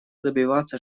добиваться